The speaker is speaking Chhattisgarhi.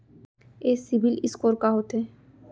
ये सिबील स्कोर का होथे?